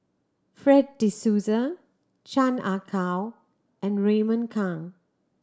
Fred De Souza Chan Ah Kow and Raymond Kang